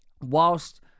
whilst